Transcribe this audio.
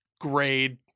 grade